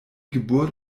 geburt